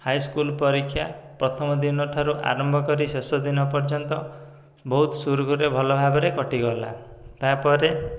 high school ପରୀକ୍ଷା ପ୍ରଥମ ଦିନଠାରୁ ଆରମ୍ଭ କରି ଶେଷ ଦିନ ପର୍ଯ୍ୟନ୍ତ ବହୁତ ସୁରୁଖୁରୁରେ ଭଲ ଭାବରେ କଟିଗଲା ତା'ପରେ